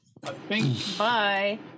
bye